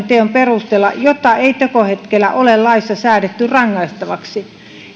teon perusteella jota ei tekohetkellä ole laissa säädetty rangaistavaksi kun